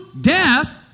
death